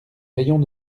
rayons